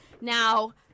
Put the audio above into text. Now